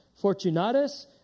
Fortunatus